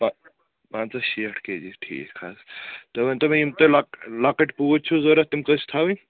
پن پنٛژاہ شیٹھ کے جی ٹھیٖک حظ تُہۍ ؤنۍتَو مےٚ یِم تُہۍ لۄک لۄکٕٹۍ پوٗتۍ چھِو ضروٗرت تِم کٔژ چھِ تھاوٕنۍ